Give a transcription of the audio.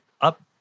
up